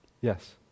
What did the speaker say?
Yes